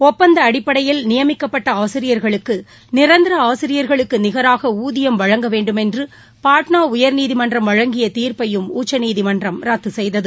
ஒப்பந்த அடிப்படையில் நியமிக்கப்பட்டஆசிரியர்களுக்குநிரந்தரஆசிரியர்களுக்குநிகராகஊதியம் வழங்க வேண்டுமென்றுபாட்னாஉயர்நீதிமன்றம் வழங்கியதீர்ப்பையும் உச்சநீதிமன்றம் ரத்துசெய்தது